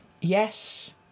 Yes